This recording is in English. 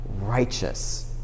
righteous